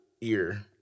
ear